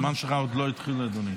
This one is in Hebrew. הזמן שלך עוד לא התחיל, אדוני.